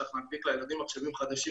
צריך להנפיק לילדים מחשבים חדשים,